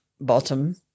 bottom